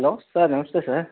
hello sir నమస్తే sir